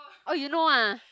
oh you know ah